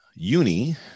uni